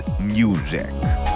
music